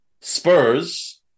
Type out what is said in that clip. Spurs